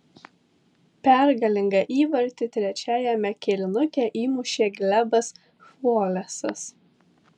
pergalingą įvartį trečiajame kėlinuke įmušė glebas chvolesas